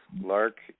Lark